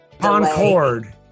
Concord